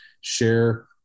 share